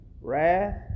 wrath